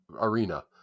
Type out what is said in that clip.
arena